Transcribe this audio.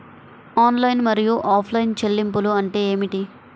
Online మరియు offline చెల్లింపులు అంటే ఏమిటి?